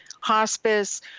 hospice